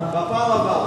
הבאה.